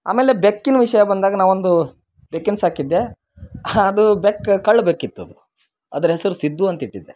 ಆಮೇಲೆ ಬೆಕ್ಕಿನ ವಿಷಯ ಬಂದಾದ ನಾವೊಂದು ಬೆಕ್ಕನ್ ಸಾಕಿದ್ದೆ ಅದು ಬೆಕ್ಕು ಕಳ್ಳ ಬೆಕ್ಕಿತ್ತು ಅದು ಅದ್ರ ಹೆಸ್ರು ಸಿದ್ದು ಅಂತ ಇಟ್ಟಿದ್ದೆ